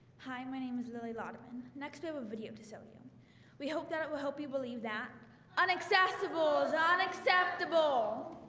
hi, my name is lily lauren next to have a video to show you we hope that it will help you believe that unacceptable is ah unacceptable